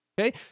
Okay